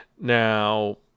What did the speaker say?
Now